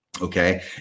okay